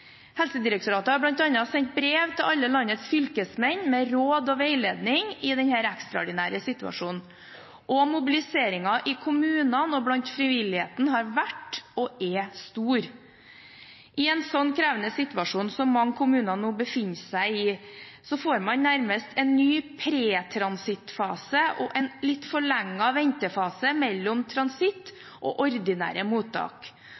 Helsedirektoratet har bl.a. sendt brev til alle landets fylkesmenn med råd og veiledning i denne ekstraordinære situasjonen, og mobiliseringen i kommunene og blant frivilligheten har vært og er stor. I en slik krevende situasjon som mange kommuner nå befinner seg i, får man nærmest en ny pretransittfase og en litt forlenget ventefase mellom transitt og ordinære mottak.